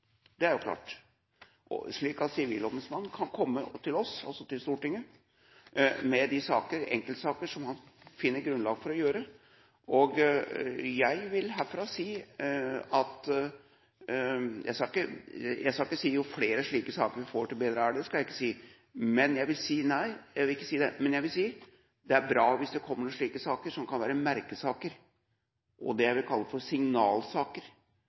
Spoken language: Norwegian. si at jo flere slike saker vi får, jo bedre er det, men jeg vil herfra si at det er bra hvis det kommer slike saker som kan være merkesaker og det jeg vil kalle for signalsaker,